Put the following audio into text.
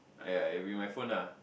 !aiya! you be my phone lah